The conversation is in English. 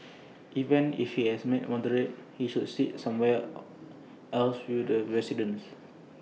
even if he is A moderator he should sit somewhere or else with the residents